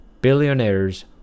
Billionaires